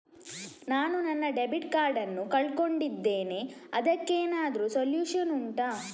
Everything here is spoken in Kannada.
ನಾನು ನನ್ನ ಡೆಬಿಟ್ ಕಾರ್ಡ್ ನ್ನು ಕಳ್ಕೊಂಡಿದ್ದೇನೆ ಅದಕ್ಕೇನಾದ್ರೂ ಸೊಲ್ಯೂಷನ್ ಉಂಟಾ